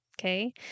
Okay